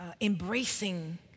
embracing